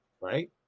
right